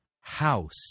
house